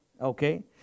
Okay